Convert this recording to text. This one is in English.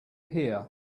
here